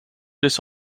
this